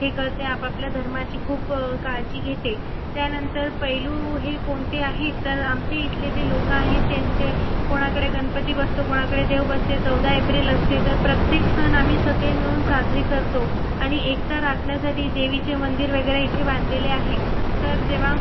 हे करते आपआपल्या धर्माची खूप काळजी घेते त्यानंतर पैलू हे कोणते आहेत तर आमच्या इथले जे लोक आहेत त्यांचे कोणाकडे गणपती बसतो कोणाकडे देव बसते चौदा एप्रिल असते तर प्रत्येक सण आम्ही सगळे मिळून साजरे करतो आणि एकता राखण्यासाठी देवीचे मंदिर वगैरे इथे बांधलेले आहे तर जेव्हा